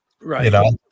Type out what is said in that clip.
Right